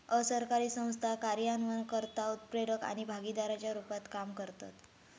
असरकारी संस्था कार्यान्वयनकर्ता, उत्प्रेरक आणि भागीदाराच्या रुपात काम करतत